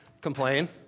complain